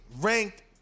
ranked